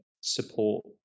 support